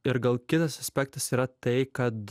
ir gal kitas aspektas yra tai kad